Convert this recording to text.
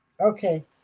Okay